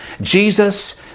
Jesus